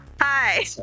Hi